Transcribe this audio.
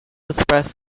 express